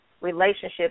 relationships